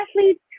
athletes